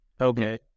Okay